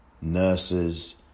nurses